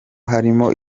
harimo